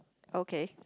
okay